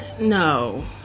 No